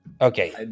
okay